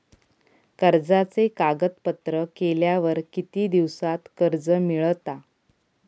कर्जाचे कागदपत्र केल्यावर किती दिवसात कर्ज मिळता?